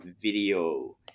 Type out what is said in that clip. Video